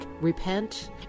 repent